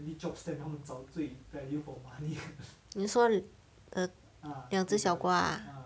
你说 the 两只小瓜 ah